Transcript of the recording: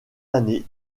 années